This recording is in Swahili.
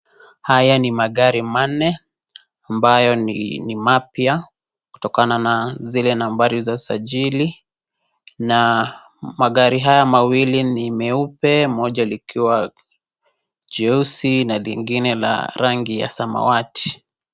Haya ni magari manne ambayo ni mapya kutokana nazile nambari za sajiri na magari haya mawili ni meupe moja likiwa jeusi na linguine la rangi ya samawati .